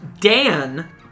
Dan